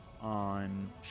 on